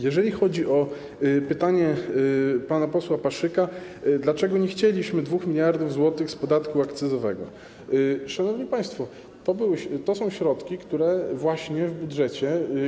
Jeżeli chodzi o pytanie pana posła Paszyka - dlaczego nie chcieliśmy 2 mld zł z podatku akcyzowego - to, szanowni państwo, są to środki, które właśnie w budżecie.